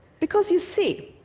because, you see,